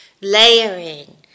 Layering